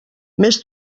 més